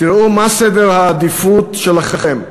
תראו מה סדר העדיפויות שלכם: